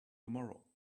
tomorrow